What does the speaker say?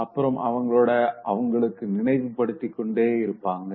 அப்புறம் அவங்களே அவங்களுக்கு நினைவுபடுத்திக்கொண்டே இருப்பாங்க